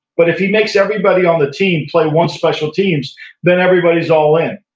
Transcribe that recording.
but if he makes everybody on the team play one special team then everybody is all in,